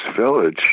Village